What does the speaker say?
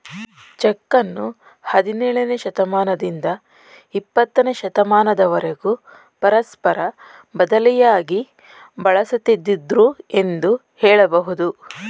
ಚೆಕ್ಕನ್ನು ಹದಿನೇಳನೇ ಶತಮಾನದಿಂದ ಇಪ್ಪತ್ತನೇ ಶತಮಾನದವರೆಗೂ ಪರಸ್ಪರ ಬದಲಿಯಾಗಿ ಬಳಸುತ್ತಿದ್ದುದೃ ಎಂದು ಹೇಳಬಹುದು